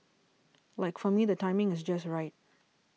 like for me the timing is just right